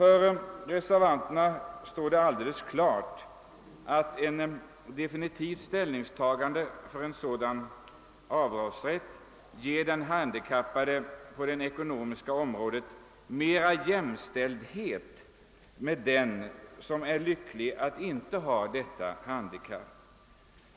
För reservanterna står det alldeles klart att ett definitivt ställningstagande för en sådan avdragsrätt ger de handikappade bättre jämställdhet på det ekonomiska området med dem som är lyckliga nog att inte ha något handikapp.